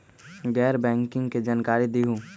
गैर बैंकिंग के जानकारी दिहूँ?